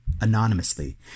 anonymously